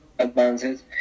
advances